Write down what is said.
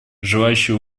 желающие